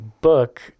book